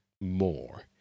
more